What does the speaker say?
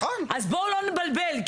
אז בואו לא נבלבל.